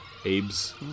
Abe's